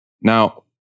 Now